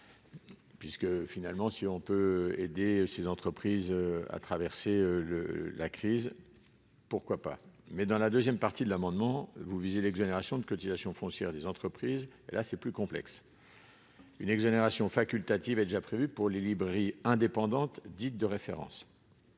puisque finalement si on peut aider ces entreprises à traverser le la crise, pourquoi pas, mais dans la 2ème partie de l'amendement, vous visez l'exonération de cotisation foncière des entreprises, là c'est plus complexe, une exonération facultative est déjà prévue pour les librairies indépendantes dites de référence